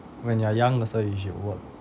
when you are young also you should work